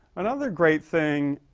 another great thing